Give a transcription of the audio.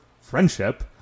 friendship